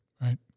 right